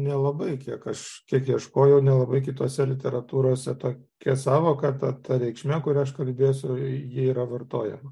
nelabai kiek aš kiek ieškojau nelabai kitose literatūrose ta ta sąvoka ta ta reikšme kurią aš kalbėsiu ji yra vartojama